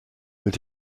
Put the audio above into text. mit